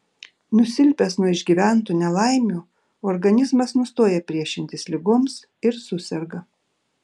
nusilpęs nuo išgyventų nelaimių organizmas nustoja priešintis ligoms ir suserga